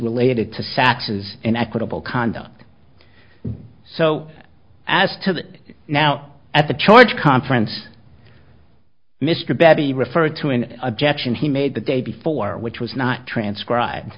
related to saxes inequitable conduct so as to now at the charge conference mr bebee referred to an objection he made the day before which was not transcribed